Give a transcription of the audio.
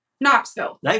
Knoxville